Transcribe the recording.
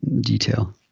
detail